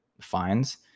fines